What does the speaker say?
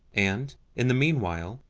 and, in the meanwhile,